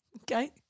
Okay